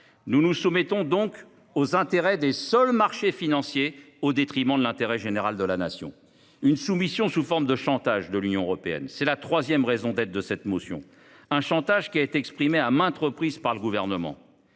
Nous nous soumettons donc aux intérêts des seuls marchés financiers, au détriment de l’intérêt général de la Nation. Cette soumission se fait sous la forme d’un chantage de l’Union européenne – c’est la troisième raison d’être de cette motion. Ce chantage a été exprimé à maintes reprises par le Gouvernement